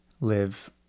live